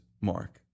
Mark